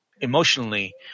emotionally